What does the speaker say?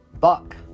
buck